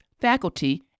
faculty